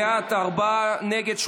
בעד, ארבעה, נגד,